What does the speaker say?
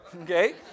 okay